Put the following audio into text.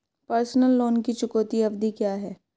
Personal loan की चुकौती अवधि क्या है?